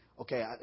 okay